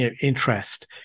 interest